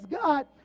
God